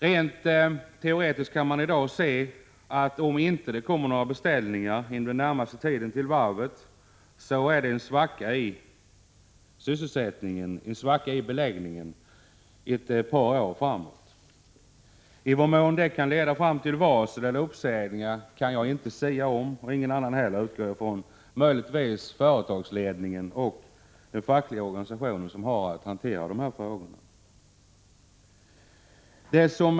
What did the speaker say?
Rent teoretiskt kan man i dag se att om det inte kommer några beställningar till varvet under den närmaste tiden, blir det en svacka i beläggningen under ett par år framåt. I vad mån det kan leda till varsel eller uppsägningar kan jag inte sia om, och ingen annan heller — utom möjligtvis företagsledningen och den fackliga organisation som har att hantera dessa frågor.